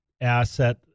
asset